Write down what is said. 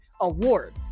award